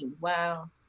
Wow